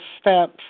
steps